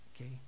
okay